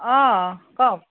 অ কওক